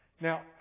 Now